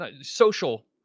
social